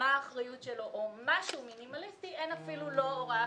מהי אחריותו אפילו משהו מינימלי אין אפילו את זה.